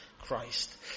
Christ